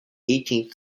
eighteenth